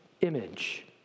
Image